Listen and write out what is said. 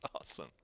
awesome